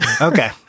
Okay